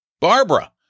Barbara